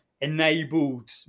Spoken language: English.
enabled